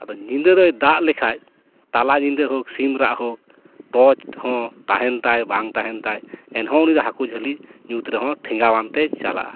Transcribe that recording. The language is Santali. ᱟᱫᱚ ᱧᱤᱫᱟᱹ ᱫᱚᱭ ᱫᱟᱜ ᱞᱮᱠᱷᱟᱱ ᱛᱟᱞᱟ ᱧᱤᱫᱟᱹ ᱦᱳᱠ ᱥᱤᱢ ᱨᱟᱜ ᱦᱳᱠ ᱴᱚᱪ ᱦᱚᱸ ᱛᱟᱦᱮᱱ ᱛᱟᱭ ᱵᱟᱝ ᱛᱟᱦᱮᱱ ᱛᱟᱭ ᱮᱱᱦᱚᱸ ᱩᱱᱤ ᱫᱚ ᱦᱟᱹᱠᱩ ᱡᱷᱟᱹᱞᱤ ᱧᱩᱛ ᱨᱮᱦᱚᱸ ᱴᱷᱮᱸᱜᱟᱣᱟᱱ ᱛᱮᱭ ᱪᱟᱞᱟᱜᱼᱟ